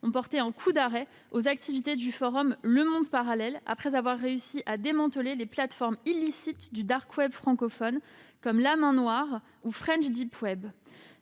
ont porté un coup d'arrêt aux activités du forum Le Monde Parallèle, après avoir réussi à démanteler les plateformes illicites du francophone La Main Noire en juin 2018 et